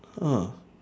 ha